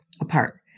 apart